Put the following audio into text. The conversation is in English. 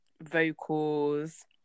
vocals